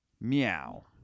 Meow